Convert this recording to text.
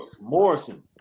Morrison